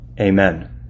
Amen